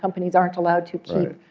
companies aren't allowed to